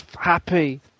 happy